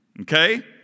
Okay